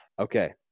okay